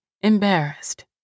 embarrassed